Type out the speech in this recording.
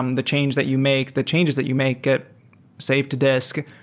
um the change that you make, the changes that you make get saved to disk.